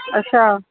अच्छा